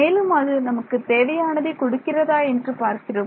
மேலும் அது நமக்கு தேவையானதை கொடுக்கிறதா என்று பார்க்கிறோம்